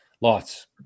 lots